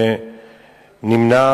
שנמנע